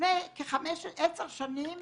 לפני כ-10 שנים